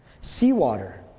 Seawater